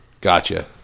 Gotcha